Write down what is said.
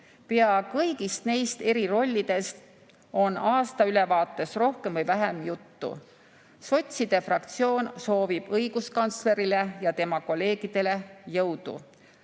Pea kõigist neist eri rollidest on aastaülevaates rohkem või vähem juttu. Sotside fraktsioon soovib õiguskantslerile ja tema kolleegidele jõudu.